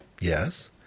Yes